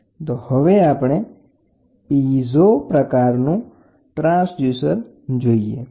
તો તેમાં ડીફ્લકેશન હશે અહી લગભગ શૂન્ય ડીફ્લેક્શન છે જેને આપણે અનુસરીએ છીએ